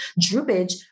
droopage